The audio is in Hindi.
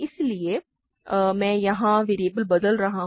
इसलिए मैं यहां वेरिएबल बदल रहा हूं